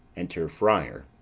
enter friar,